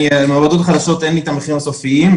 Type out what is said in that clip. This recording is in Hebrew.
במעבדות חדשות אין לי את המחירים הסופיים.